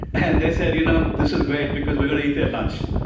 and they said, you know, this is great because we're going to eat their lunch.